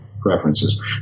preferences